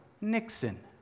Nixon